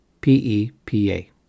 P-E-P-A